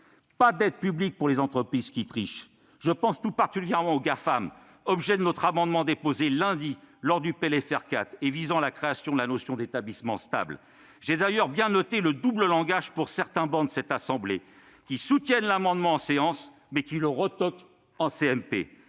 Pas d'aides publiques pour les entreprises qui trichent ! Je pense tout particulièrement aux Gafam, objet de notre amendement déposé lundi dans le cadre du PLFR 4 et visant à la création de la notion d'établissement stable. J'ai d'ailleurs bien noté le double langage tenu dans certaines travées de cet hémicycle, qui consiste à soutenir l'amendement en séance, mais à le retoquer en CMP.